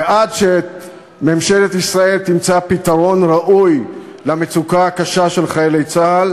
ועד שממשלת ישראל תמצא פתרון ראוי למצוקה הקשה של חיילי צה"ל,